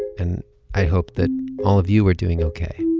and i hope that all of you are doing ok